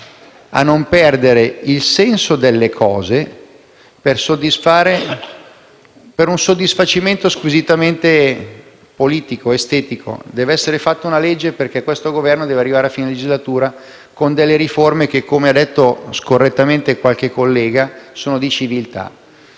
a non perdere il senso delle cose per un soddisfacimento squisitamente politico ed estetico. Deve essere fatta una legge perché questo Governo deve arrivare a fine legislatura con delle riforme che, come detto scorrettamente da qualche collega, sono di civiltà.